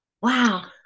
Wow